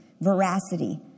veracity